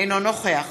אינו נוכח